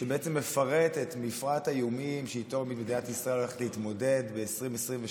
שבעצם מפרט את מפרט האיומים שאיתו מדינת ישראל הולכת להתמודד ב-2023,